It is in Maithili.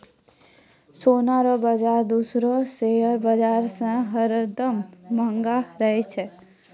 सोना रो बाजार दूसरो शेयर बाजार से हरदम महंगो रहै छै